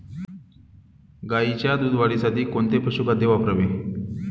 गाईच्या दूध वाढीसाठी कोणते पशुखाद्य वापरावे?